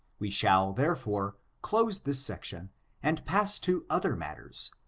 we shall, therefore, close this section and pass to other matters,